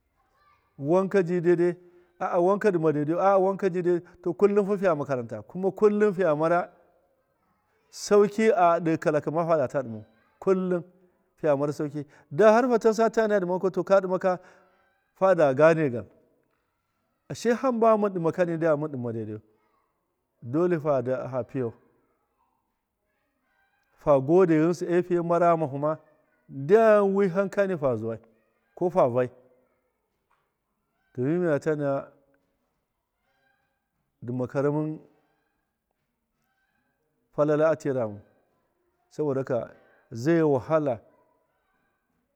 Wanka ji daidai wanka nduma daidaiyu to faa kullum fiiya makara kuma kullum fiiya mara saukiado kalaki ban a fatatu dimau kullum fiiya mara sauki don har fiiyata naja nduma daidaiyh ka dimaka faada gandgan ashchamba mun dima kani da mun dima daidaiyu dole faa mara ghamahuma ndaa wihamkani fazuwau fa zuzuwai ko fa vaii domin miyata naya nduma karamin falala a hiramau saboda haka zaiyi wahala.